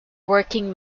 working